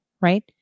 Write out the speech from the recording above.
right